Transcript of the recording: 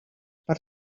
per